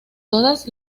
todas